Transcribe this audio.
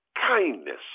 kindness